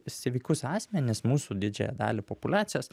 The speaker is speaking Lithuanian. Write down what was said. sveikus asmenis mūsų didžiąją dalį populiacijos